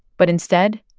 but instead,